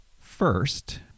first